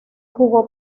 jugó